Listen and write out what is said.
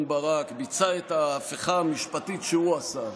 ברק ביצע את ההפיכה המשפטית שהוא עשה,